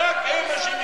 חבר הכנסת אפללו.